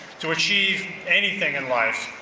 to achieve anything in life.